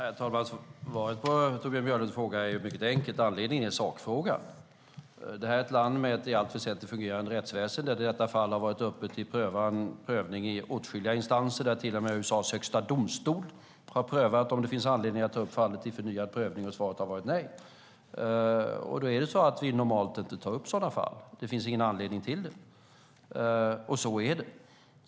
Herr talman! Svaret på Torbjörn Björlunds fråga är mycket enkelt. Anledningen är sakfrågan. Detta är ett land med ett i allt väsentligt fungerande rättsväsen där detta fall har varit uppe till prövning i åtskilliga instanser. Till och med USA:s högsta domstol har prövat om det finns anledning att ta upp fallet till förnyad prövning, och svaret har varit nej. Normalt tar vi inte upp sådana fall. Det finns ingen anledning till det, och så är det.